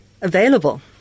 available